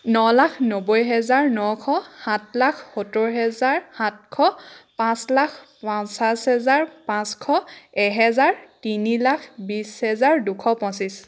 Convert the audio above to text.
ন লাখ নব্বৈ হেজাৰ নশ সাত লাখ সত্তৰ হেজাৰ সাতশ পাঁচ লাখ পঞ্চাছ হেজাৰ পাঁচশ এহেজাৰ তিনি লাখ বিশ হেজাৰ দুশ পঁচিছ